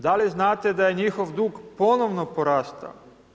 Da li znate da je njihov dug ponovno porastao.